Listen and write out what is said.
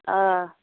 آ